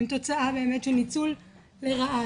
הם תוצאה באמת של ניצול לרעה,